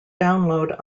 download